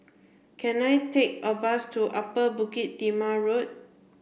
can I take a bus to Upper Bukit Timah Road